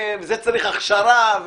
וזה צריך הכשרה.